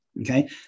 okay